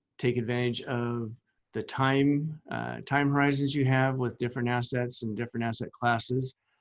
take advantage of the time time horizons you have with different assets and different asset classes.